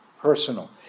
personal